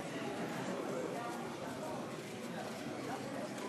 (חותם על ההצהרה) חבר הכנסת ישראל